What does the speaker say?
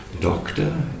doctor